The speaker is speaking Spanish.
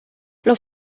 los